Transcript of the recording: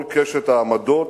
כל קשת העמדות,